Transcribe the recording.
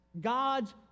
God's